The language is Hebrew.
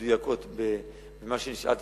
שהן זהות או דומות או בדיוק מה שנשאלתי